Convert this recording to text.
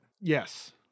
Yes